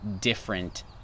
different